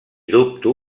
dubto